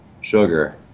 sugar